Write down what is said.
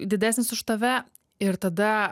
didesnis už tave ir tada